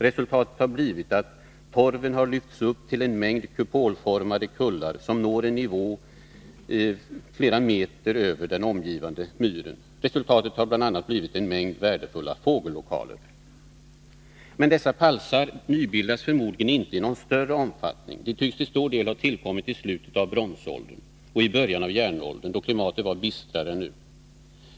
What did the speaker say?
Resultatet har blivit att torven har lyfts upp till en mängd kupolformade kullar, som når en nivå flera meter över den omgivande myren. Det finns där en mängd värdefulla fågellokaler. Dessa palsar nybildas förmodligen inte i någon större omfattning. De tycks tillstor del ha tillkommit i slutet av bronsåldern och i början av järnåldern, då klimatet var bistrare än nu.